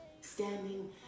Standing